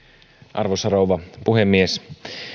arvoisa rouva puhemies